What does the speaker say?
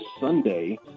Sunday